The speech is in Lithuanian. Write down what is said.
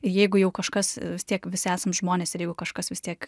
jeigu jau kažkas vis tiek visi esam žmonės ir jeigu kažkas vis tiek